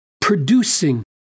producing